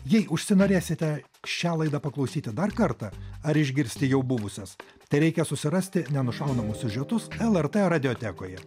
jei užsinorėsite šią laidą paklausyti dar kartą ar išgirsti jau buvusias tereikia susirasti nenušaunamus siužetus lrt radiotekoje